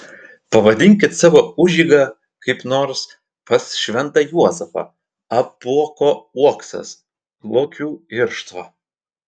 pavadinkit savo užeigą kaip nors pas šventą juozapą apuoko uoksas lokių irštva